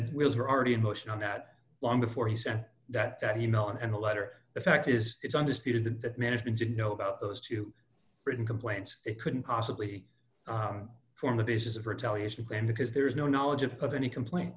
the wheels were already in motion on that long before he said that you know and the letter the fact is it's undisputed that management didn't know about those two britain complaints it couldn't possibly form the basis of retaliation claim because there is no knowledge of any complaint